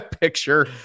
picture